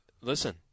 Listen